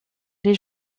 les